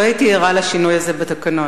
לא הייתי ערה לשינוי הזה בתקנון.